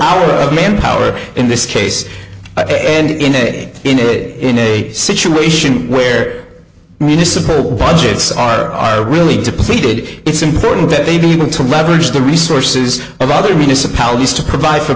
hour of manpower in this case and in a in a good in a situation where municipal bonds hits are are really depleted it's important that they be able to leverage the resources of other municipalities to provide for